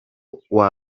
ukumva